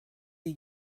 les